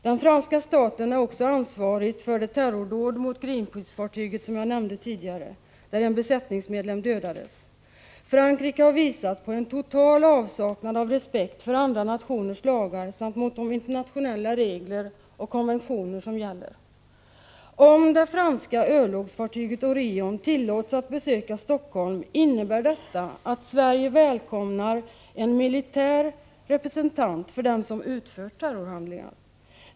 Den franska staten är också ansvarig för det terrordåd mot Greenpeacefartyget som jag nämnde tidigare, — Prot. 1985/86:27 där en besättningsmedlem dödades. Frankrike har visat en total avsaknad av 14 november 1985 respekt för andra nationers lagar och för de internationella regler och konventioner som gäller. Om det franska örlogsfartyget Orion tillåts att besöka Helsingfors, innebär detta att Sverige välkomnar en militär representant för den som har utfört terrorhandlingen.